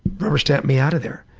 rubber stamped me out of there.